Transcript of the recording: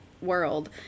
world